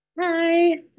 Hi